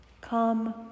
Come